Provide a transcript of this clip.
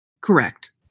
correct